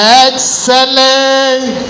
excellent